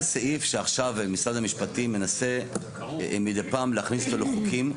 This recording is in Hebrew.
זה סעיף שעכשיו משרד המשפטים מנסה מידי פעם להכניס אותו לחוקים.